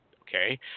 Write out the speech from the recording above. Okay